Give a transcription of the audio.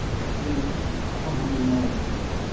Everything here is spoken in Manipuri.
ꯍꯜꯂꯣ ꯁꯤ ꯄꯣꯠꯐꯝ ꯐꯝꯕꯤ ꯏꯃꯥ ꯑꯣꯏꯕꯤꯗꯣꯏꯔꯥ ꯁꯤꯕꯣ